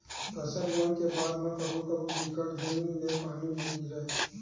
फसल बोये के बाद म कभू कभू बिकट दिन ले पानी नइ गिरय